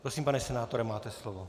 Prosím, pane senátore, máte slovo.